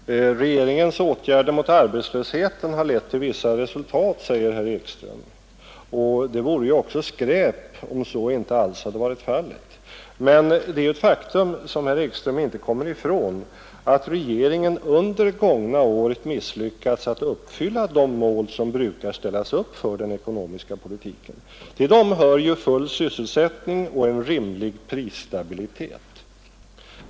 Herr talman! Regeringens åtgärder mot arbetslösheten har lett till vissa resultat, säger herr Ekström. Det vore också skräp, om så inte alls hade varit fallet. Men det är ett faktum som herr Ekström inte kommer ifrån att regeringen under det gångna året misslyckats att uppfylla de mål som brukar ställas upp för den ekonomiska politiken. Till dem hör ju full sysselsättning och en rimlig prisstabilitet.